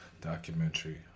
documentary